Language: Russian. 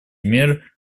мер